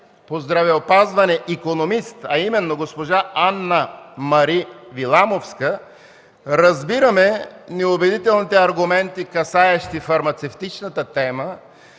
по здравеопазване икономист, а именно госпожа Анна-Мари Виламовска, разбираме неубедителните аргументи, касаещи фармацевтичната тема,